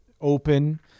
open